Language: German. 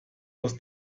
aus